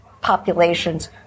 populations